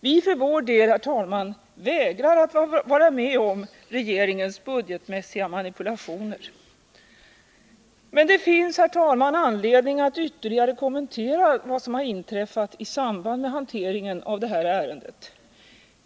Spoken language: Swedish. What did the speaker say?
Vi för vår del vägrar att vara med om regeringens budgetmässiga manipulationer. Det finns, herr talman, anledning att ytterligare kommentera vad som har inträffat i samband med hanteringen av detta ärende.